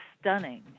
stunning